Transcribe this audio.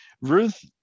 Ruth